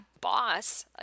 boss